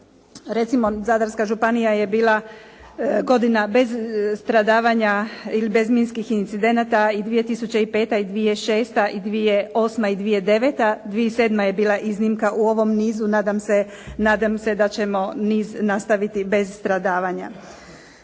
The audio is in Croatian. recimo Zadarska županija je bila godina bez stradavanja ili bez minskih incidenata i 2005. i 2006. i 2008. i 2009., 2007. je bila iznimka u ovom nizu, nadam se da ćemo niz nastaviti bez stradavanja.